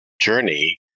journey